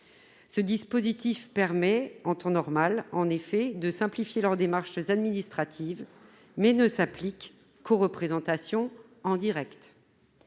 Ce dispositif permet, en temps normal, de simplifier leurs démarches administratives, mais il ne s'applique qu'aux représentations retransmises